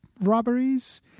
robberies